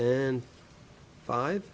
and five